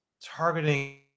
targeting